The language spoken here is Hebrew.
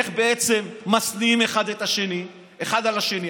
איך בעצם משניאים את האחד על השני?